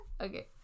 Okay